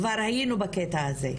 כבר היינו בקטע הזה.